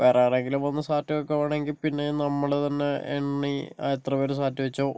വേറെ ആരെങ്കിലും വന്നു സാറ്റ് വെക്കുകയാണെങ്കിൽ പിന്നെയും നമ്മള് തന്നെ എണ്ണി എത്ര പേര് സാറ്റ് വെച്ചു